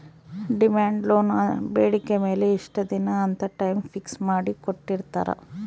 demand loan ಬೇಡಿಕೆ ಮೇಲೆ ಇಷ್ಟ ದಿನ ಅಂತ ಟೈಮ್ ಫಿಕ್ಸ್ ಮಾಡಿ ಕೋಟ್ಟಿರ್ತಾರಾ